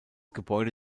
gebäude